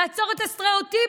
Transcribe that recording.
לעצור את הסטריאוטיפים,